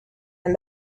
and